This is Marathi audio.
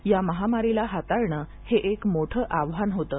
या महामारीला हाताळणं हे एक मोठं आव्हान होतं